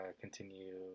continue